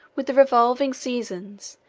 with the revolving seasons,